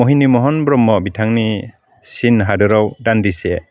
महिनि महन ब्रह्म बिथांनि चिन हादराव दान्दिसे